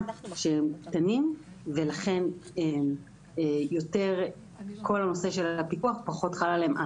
שהם קטנים ולכן כל הנושא של הפיקוח פחות חל עליהם.